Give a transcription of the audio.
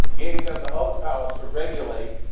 gave them the other powers to regulate,